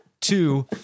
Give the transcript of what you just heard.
Two